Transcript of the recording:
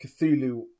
Cthulhu